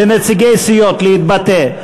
לנציגי סיעות להתבטא.